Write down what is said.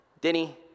Denny